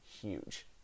huge